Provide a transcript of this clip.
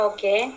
Okay